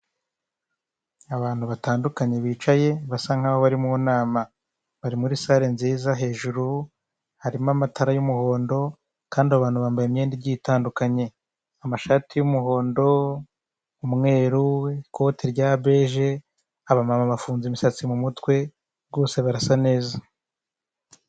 Abantu batandukanye bicaye, basa nkaho bari mu nama, bari muri salle nziza hejuru harimo amatara y'umuhondo, kandi abo bantu bambaye imyenda igiye itandukanye, amashati y'umuhondo, umweru, ikoti rya bege, abamama bafunze imisatsi mu mutwe rwose barasa neza.